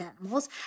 animals